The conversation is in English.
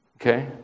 Okay